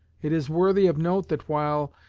it is worthy of note that while,